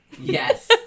Yes